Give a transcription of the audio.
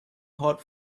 hot